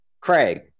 Craig